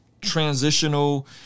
transitional